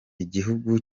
igihugu